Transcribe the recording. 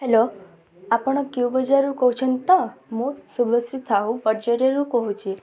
hello ଆପଣ କ୍ୟୁ ବଜାରରୁ କହୁଛନ୍ତି ତ ମୁଁ ଶୁଭଶ୍ରୀ ସାହୁ କହୁଛି